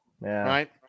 right